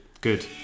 good